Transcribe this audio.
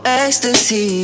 ecstasy